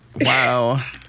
Wow